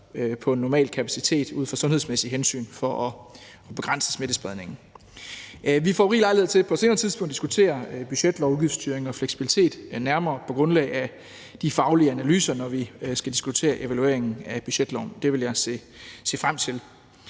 velfærdstilbud ud fra sundhedsmæssige hensyn og for at begrænse smittespredningen ikke opererede på normal kapacitet. Vi får rig lejlighed til på et senere tidspunkt at diskutere budgetlov, udgiftsstyring og fleksibilitet nærmere på grundlag af de faglige analyser, når vi skal diskutere evalueringen af budgetloven. Det vil jeg se frem til.